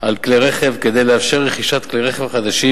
על כלי רכב, כדי לאפשר רכישת כלי רכב חדשים,